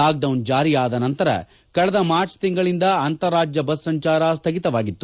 lockdown ಜಾರಿಯಾದ ನಂತರ ಕಳೆದ ಮಾರ್ಚ್ ತಿಂಗಳಿಂದ ಅಂತಾರಾಜ್ಯ ಬಸ್ ಸಂಚಾರ ಸ್ಥಗಿತವಾಗಿತ್ತು